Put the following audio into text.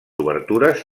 obertures